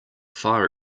fire